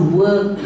work